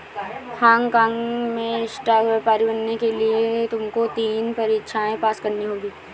Hong काँग में stock व्यापारी बनने के लिए तुमको तीन परीक्षाएं पास करनी होंगी